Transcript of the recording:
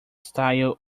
style